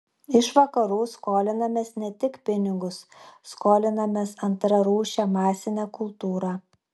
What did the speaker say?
iš vakarų skolinamės ne tik pinigus skolinamės antrarūšę masinę kultūrą